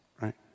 right